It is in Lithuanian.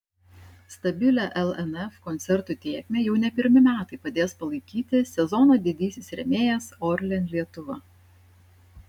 stabilią lnf koncertų tėkmę jau ne pirmi metai padės palaikyti sezono didysis rėmėjas orlen lietuva